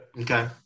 Okay